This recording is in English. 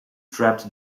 trapped